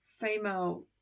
female